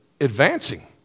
advancing